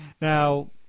Now